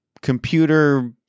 computer